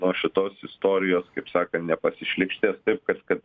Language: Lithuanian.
nuo šitos istorijos kaip sakant nepasišlykštės taip kad kad